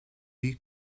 vie